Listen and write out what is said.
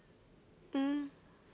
mm